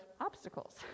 obstacles